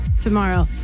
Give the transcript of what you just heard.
tomorrow